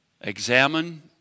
examine